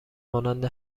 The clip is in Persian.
مانند